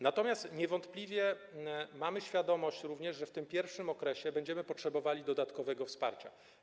Natomiast niewątpliwie mamy świadomość również, że w tym pierwszym okresie będziemy potrzebowali dodatkowego wsparcia.